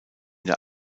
der